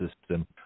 system